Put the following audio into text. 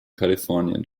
kalifornien